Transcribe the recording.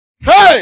Hey